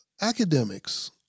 Academics